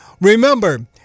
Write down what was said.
remember